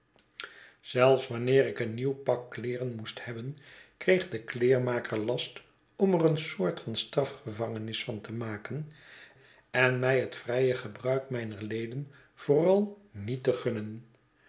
zelfs wanneer ik een nieuw pak kleeren moest hebben kreeg de kleermaker last om ex een soort van strafgevangenis van te maken en mij het vrije gebruik mijner leden vooral niet te gunnen